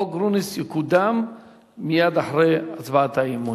חוק גרוניס יקודם מייד אחרי הצבעת האי-אמון.